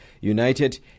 United